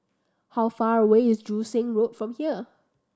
how far away is Joo Seng Road from here